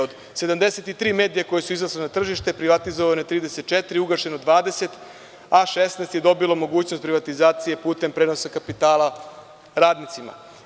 Od 73 medija koji su izašli na tržište privatizovano je 34, ugašeno 20, a 16 je dobilo mogućnost privatizacije putem prenosa kapitala radnicima.